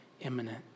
imminent